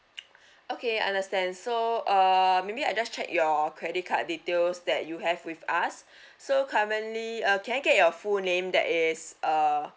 okay I understand so uh maybe I just check your credit card details that you have with us so currently uh can I get your full name that is uh